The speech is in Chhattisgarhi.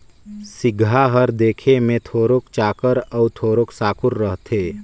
सिगहा हर देखे मे थोरोक चाकर अउ थोरोक साकुर रहथे